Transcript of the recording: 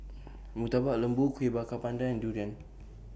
Murtabak Lembu Kueh Bakar Pandan and Durian